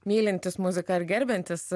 mylintys muziką ar gerbiantys